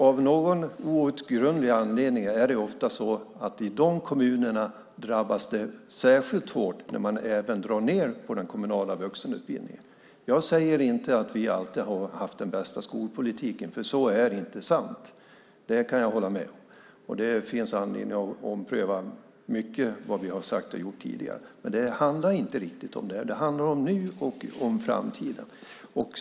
Av någon outgrundlig anledning drabbas dessa kommuner särskilt hårt när man även drar ned på den kommunala vuxenutbildningen. Jag säger inte att vi alltid har haft den bästa skolpolitiken, för det har vi inte. Det kan jag hålla med om. Det finns anledning att ompröva mycket av det som vi har sagt och gjort tidigare. Men det handlar inte riktigt om det. Det handlar om hur det är nu och om framtiden.